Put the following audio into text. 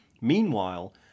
Meanwhile